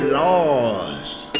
lost